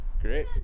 Great